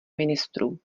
ministrů